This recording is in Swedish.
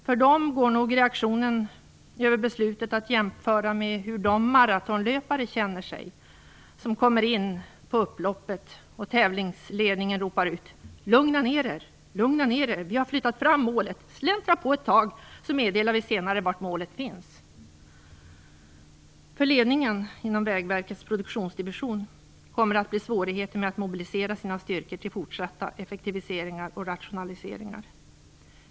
För dem går nog reaktionerna över beslutet att jämföra med hur de maratonlöpare känner sig som kommer in på upploppet och tävlingsledningen ropar ut: "Lugna ner er, vi har flyttat fram målet, släntra på ett tag så meddelar vi senare var målet finns." För ledningen inom Vägverkets produktionsdivision kommer det att bli svårigheter med att mobilisera sin styrkor till fortsatta effektiviseringar och rationaliseringar.